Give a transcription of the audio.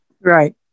Right